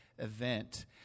Event